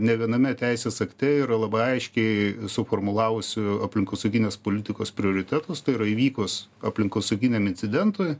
ne viename teisės akte yra labai aiškiai suformulavusi aplinkosauginės politikos prioritetus tai yra įvykus aplinkosauginiam incidentui